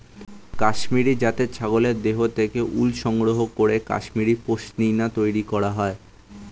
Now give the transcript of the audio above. কাশ্মীরি জাতের ছাগলের দেহ থেকে উল সংগ্রহ করে কাশ্মীরি পশ্মিনা তৈরি করা হয়